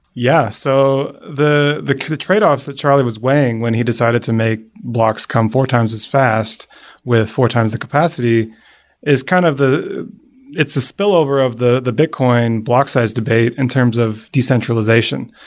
yeah. so the the trade-offs that charlie was weighing when he decided to make blocks come four times as fast with four times the capacity is kind of the it's a spillover of the the bitcoin block size debate in terms of decentralization.